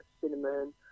cinnamon